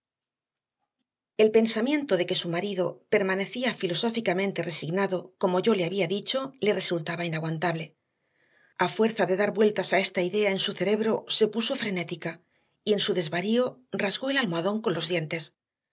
el pensamiento de que su marido permanecía filosóficamente resignado como yo le había dicho le resultaba inaguantable a fuerza de dar vueltas a esta idea en su cerebro se puso frenética y en su desvarío rasgó el almohadón con los dientes